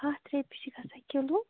ہَتھ رۄپیہِ چھِ گَژھان کِلوٗ